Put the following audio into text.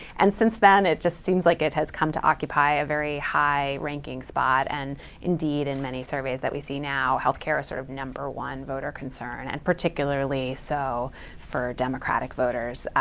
and since then, it just seems like it has come to occupy a very high ranking spot. and indeed, in many surveys that we see now, health care a sort of number one voter concern. and particularly so for democratic voters.